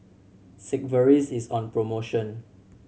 Sigvaris is on promotion